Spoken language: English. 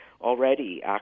already